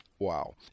Wow